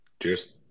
Cheers